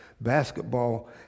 basketball